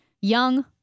young